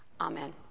Amen